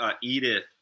Edith